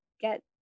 get